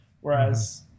Whereas